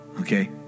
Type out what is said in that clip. Okay